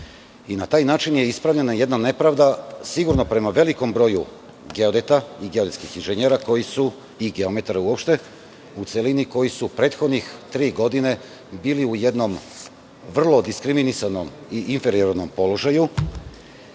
taj način je ispravljena jedna nepravda sigurno prema velikom broju geodeta i geodetskih inženjera i geometara uopšte, koji su prethodnih tri godine bili u jednom vrlo diskriminisanom i inferiornom položaju,